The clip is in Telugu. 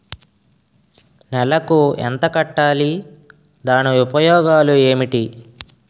నెలకు ఎంత కట్టాలి? దాని ఉపయోగాలు ఏమిటి?